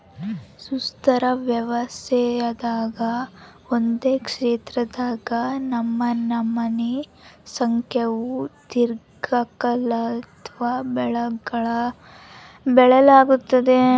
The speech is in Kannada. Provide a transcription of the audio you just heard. ಸುಸ್ಥಿರ ವ್ಯವಸಾಯದಾಗ ಒಂದೇ ಕ್ಷೇತ್ರದಾಗ ನಮನಮೋನಿ ಸಂಖ್ಯೇವು ದೀರ್ಘಕಾಲದ್ವು ಬೆಳೆಗುಳ್ನ ಬೆಳಿಲಾಗ್ತತೆ